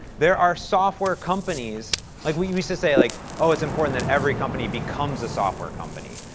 there are software companies, like, we used to say, like, oh, it's important that every company becomes a software company.